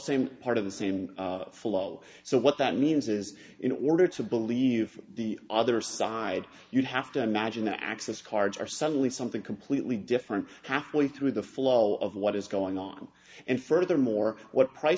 same part of the same flow so what that means is in order to believe the other side you'd have to imagine the access cards are suddenly something completely different halfway through the flow of what is going on and furthermore what pr